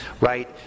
right